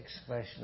expression